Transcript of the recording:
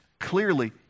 clearly